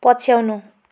पछ्याउनु